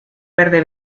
verde